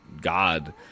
god